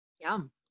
Yum